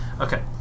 Okay